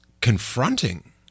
confronting